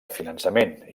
finançament